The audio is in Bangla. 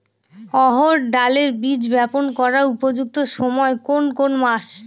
অড়হড় ডালের বীজ বপন করার উপযুক্ত সময় কোন কোন মাস?